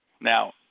now